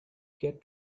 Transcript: get